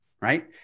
right